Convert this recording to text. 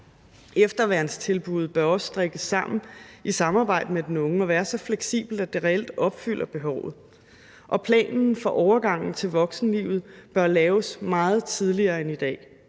Efterværnstilbuddet bør også strikkes sammen i samarbejde med den unge og være så fleksibelt, at det reelt opfylder behovet, og planen for overgangen til voksenlivet bør laves meget tidligere end i dag